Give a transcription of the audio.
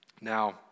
Now